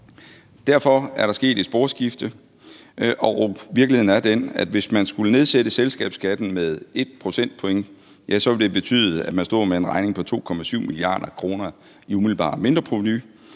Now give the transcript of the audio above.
Derfor er der sket et sporskifte, og virkeligheden er den, at hvis man skulle nedsætte selskabsskatten med 1 procentpoint, så ville det betyde, at man stod med en regning på 2,7 mia. kr. i umiddelbart mindreprovenu,